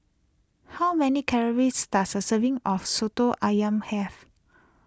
how many calories does a serving of Soto Ayam have